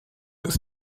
ist